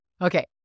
Okay